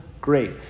great